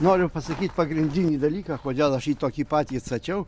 noriu pasakyt pagrindinį dalyką kodėl aš jį tokį patį atstačiau